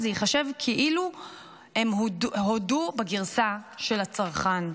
זה ייחשב כאילו הם הודו בגרסה של הצרכן.